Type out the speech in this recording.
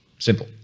Simple